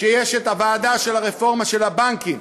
כשיש את הוועדה של הרפורמה של הבנקים,